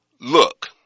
Look